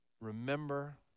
remember